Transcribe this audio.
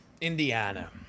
Indiana